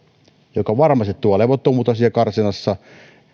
joka varmasti tuo levottomuutta siellä karsinassa